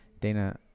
Dana